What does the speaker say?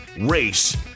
race